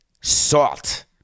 salt